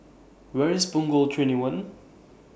Where IS Punggol twenty one